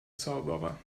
zauberer